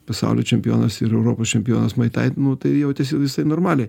pasaulio čempionas ir europos čempionas mai tai nu tai jautėsi visai normaliai